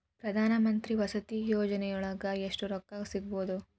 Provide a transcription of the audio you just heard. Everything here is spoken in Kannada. ಪ್ರಧಾನಮಂತ್ರಿ ವಸತಿ ಯೋಜನಿಯೊಳಗ ಎಷ್ಟು ರೊಕ್ಕ ಸಿಗಬೊದು?